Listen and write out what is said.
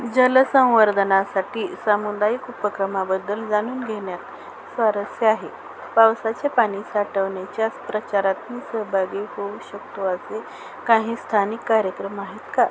जलसंवर्धनासाठी सामुदायिक उपक्रमाबद्दल जाणून घेण्यात स्वारस्य आहे पावसाचे पाणी साठवण्याच्या प्रचारात मी सहभागी होऊ शकतो असे काही स्थानिक कार्यक्रम आहेत का